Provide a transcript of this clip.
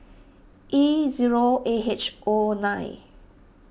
E zero A H O nine